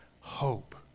hope